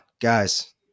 guys